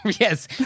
Yes